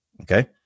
Okay